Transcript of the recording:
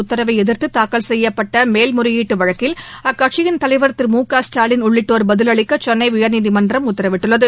உத்தரவைஎதிர்த்தாக்கல் செய்யப்பட்டமேல்முறையீட்டுவழக்கில் அக்கட்சியின் தலைவர் திரு மு க ஸ்டாலின் உள்ளிட்டோர் பதிலளிக்கசென்னைஉயர்நீதிமன்றம் உத்தரவிட்டுள்ளது